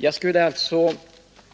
Jag skulle alltså